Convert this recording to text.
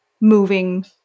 moving